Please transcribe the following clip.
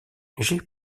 j’ai